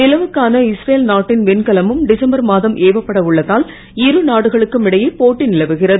நிலவுக்கான Israel நாட்டின் விண்கலமும் December மாதம் ஏவப்பட உள்ளதால் இருநாடுகளுக்குமிடையே போட்டி நிலவுகிறது